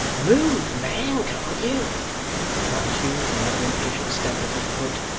move, man, can't you cried hugh, with another impatient stamp of his foot.